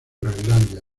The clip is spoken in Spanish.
groenlandia